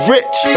Rich